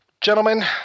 gentlemen